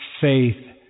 faith